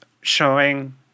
showing